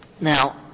Now